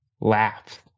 laughed